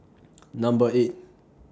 Number eight